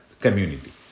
community